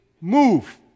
move